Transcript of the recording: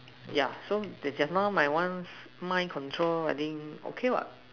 ya so the just now my one mind control I think okay what